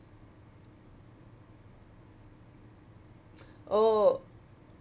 oh